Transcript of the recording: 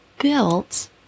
built